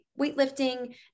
weightlifting